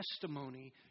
testimony